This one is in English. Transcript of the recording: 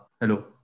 Hello